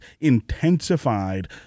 intensified